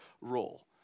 role